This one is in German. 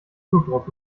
blutdruck